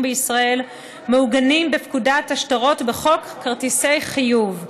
בישראל מעוגנים בפקודת השטרות ובחוק כרטיסי חיוב.